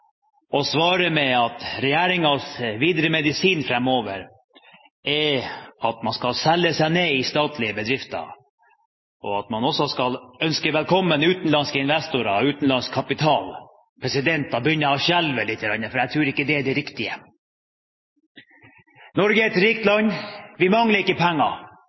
og svarer med at regjeringens medisin videre framover er at man skal selge seg ned i statlige bedrifter, og at man også skal ønske velkommen utenlandske investorer, utenlandsk kapital, da begynner jeg å skjelve lite grann, for jeg tror ikke det er det riktige. Norge er et rikt land. Vi mangler ikke penger.